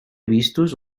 vistos